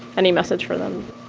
any message for them?